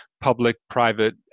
public-private